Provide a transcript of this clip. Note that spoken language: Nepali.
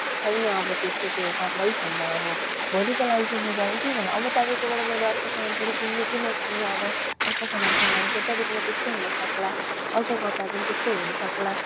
छैन अब त्यस्तो त्यो कपडै छैन अब भोलिको लागि चाहिँ मैले अब के गर्नु अब तपाईँकोबाट मैले अर्को समान फेरि किन्नु कि नकिन्नु अब अर्को समान किन्दा पनि फेरि तपाईँकोमा त्यस्तै हुन सक्ला अर्को कपडा पनि त्यस्तै हुन सक्ला